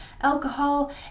alcohol